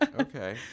okay